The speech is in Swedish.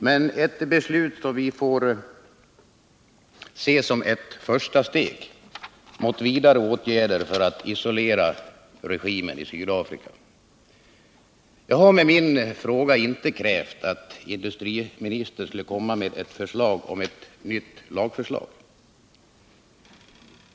Men detta är ett beslut som vi måste se som ett första steg mot vidare åtgärder för att isolera regimen i Sydafrika. Jag har med min fråga inte velat kräva att industriministern skulle komma med ett förslag om en ny lagstiftning.